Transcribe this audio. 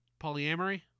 Polyamory